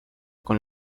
con